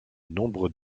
nombre